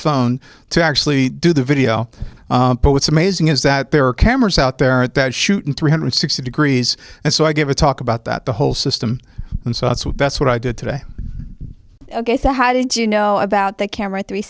phone to actually do the video but what's amazing is that there are cameras out there at that shoot in three hundred sixty degrees and so i gave a talk about that the whole system and so that's what best what i did today ok so how did you know about the camera three